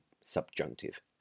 subjunctive